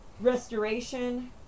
Restoration